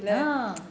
ya